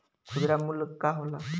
खुदरा मूल्य का होला?